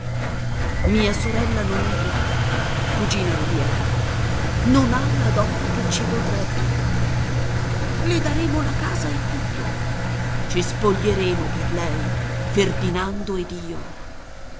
mia sorella non è ricca cugina rubiera non ha la dote che ci vorrebbe le daremo la casa e tutto ci spoglieremo per lei ferdinando ed io